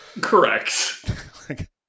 Correct